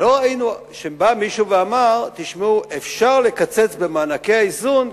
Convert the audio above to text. לא ראינו שבא מישהו ואמר: אפשר לקצץ במענקי האיזון,